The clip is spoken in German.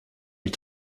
die